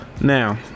Now